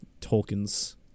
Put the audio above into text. Tolkien's